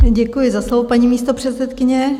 Děkuji za slovo, paní místopředsedkyně.